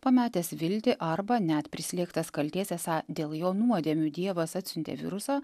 pametęs viltį arba net prislėgtas kaltės esą dėl jo nuodėmių dievas atsiuntė virusą